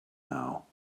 now